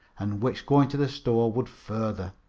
and which going to the store would further.